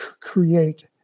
create